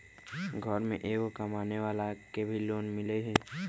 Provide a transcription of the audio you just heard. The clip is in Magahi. घर में एगो कमानेवाला के भी लोन मिलहई?